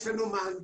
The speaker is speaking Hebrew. יש לנו מנגנון,